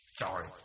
Sorry